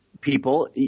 people